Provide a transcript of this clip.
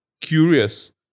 curious